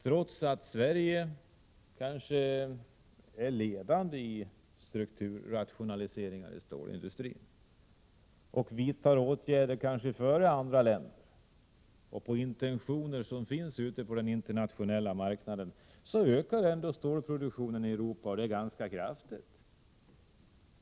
Trots att Sverige kanske är ledande i fråga om strukturrationaliseringar inom stålindustrin och före andra länder vidtar åtgärder med inriktning på den internationella marknaden, tar man inte hänsyn till att stålproduktionen i Europa ökar ganska kraftigt.